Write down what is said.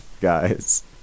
guys